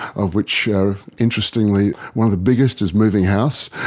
of which interestingly one of the biggest is moving house,